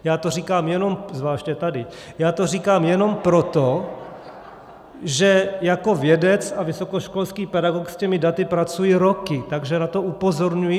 Já to říkám jenom zvláště tady já to říkám jenom proto , že jako vědec a vysokoškolský pedagog s těmi daty pracuji roky, takže na to upozorňuji.